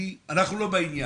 כי אנחנו לא בעניין.